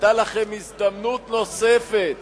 היתה לכם הזדמנות נוספת